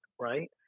right